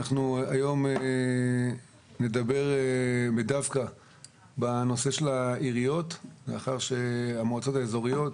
היום אנחנו נדבר בנושא של העיריות לאחר שהמהלך עם המועצות האזוריות